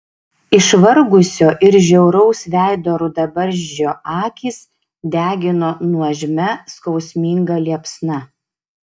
išvargusio ir žiauraus veido rudabarzdžio akys degino nuožmia skausminga liepsna